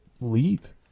leave